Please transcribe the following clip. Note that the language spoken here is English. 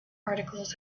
articles